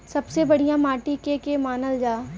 सबसे बढ़िया माटी के के मानल जा?